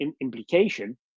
implication